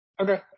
Okay